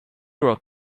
wrote